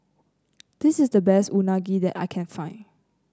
this is the best Unagi that I can find